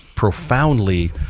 profoundly